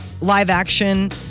live-action